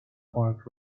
park